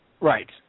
Right